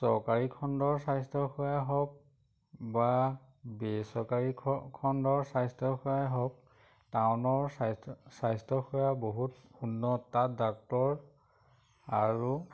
চৰকাৰী খণ্ডৰ স্বাস্থ্যসেৱাই হওক বা বেচৰকাৰী খ খণ্ডৰ স্বাস্থ্যসেৱাই হওক টাউনৰ স্বাস্থ্য স্বাস্থ্যসেৱা বহুত উন্নত তাত ডাক্তৰ আৰু